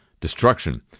destruction